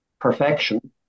perfection